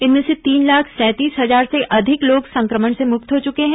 इनमें से तीन लाख सैंतीस हजार से अधिक लोग संक्रमण से मुक्त हो चुके हैं